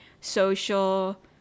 social